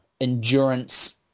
endurance